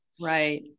Right